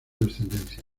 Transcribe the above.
descendencia